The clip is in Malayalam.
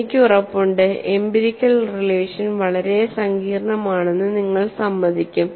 എനിക്ക് ഉറപ്പുണ്ട് എംപിരിക്കൽ റിലേഷൻ വളരെ സങ്കീർണ്ണമാണെന്ന് നിങ്ങൾ സമ്മതിക്കും